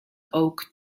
oak